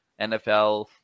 NFL